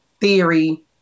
Theory